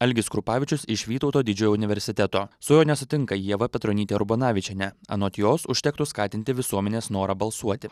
algis krupavičius iš vytauto didžiojo universiteto su juo nesutinka ieva petronytė urbonavičienė anot jos užtektų skatinti visuomenės norą balsuoti